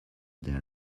their